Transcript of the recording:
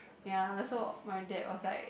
ya also my dad was like